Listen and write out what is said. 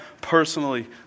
personally